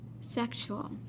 sexual